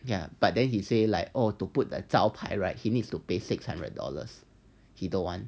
ya but then he say like oh to put that 招牌 right he needs to pay six hundred dollars he don't want